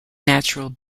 natural